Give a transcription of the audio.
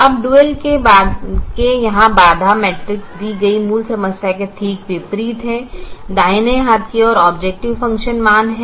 अब डुअल के यहाँ बाधा मैट्रिक्स दी गई मूल समस्या के ठीक विपरीत है दाहिने हाथ की ओर ऑबजेकटिव फ़ंक्शन मान हैं